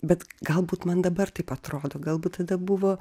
bet galbūt man dabar taip atrodo galbūt tada buvo